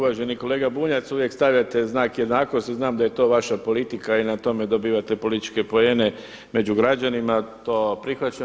Uvaženi kolega Bunjac, uvijek stavljate znak jednakosti, znam da je to vaša politika i na tome dobivate političke poene među građanima, to prihvaćam.